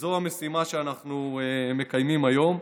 וזו המשימה שאנחנו מקיימים היום.